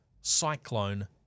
Cyclone